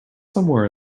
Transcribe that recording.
somewhere